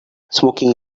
smoking